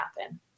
happen